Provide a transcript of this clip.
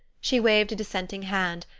she waved a dissenting hand,